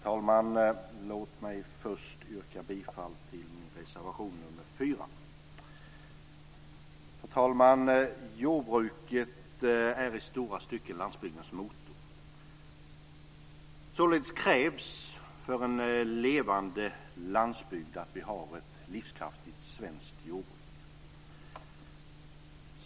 Herr talman! Först yrkar jag bifall till min reservation, reservation nr 4. Jordbruket är i stora stycken landsbygdens motor. Således krävs det för en levande landsbygd att vi har ett livskraftigt svenskt jordbruk.